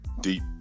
deep